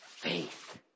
faith